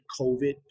COVID